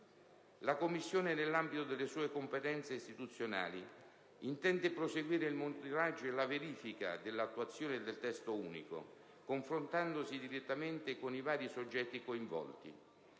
La Commissione, nell'ambito delle sue competenze istituzionali, intende proseguire il monitoraggio e la verifica dell'attuazione del Testo unico, confrontandosi direttamente con i vari soggetti coinvolti.